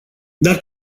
dar